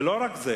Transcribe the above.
ולא רק זה,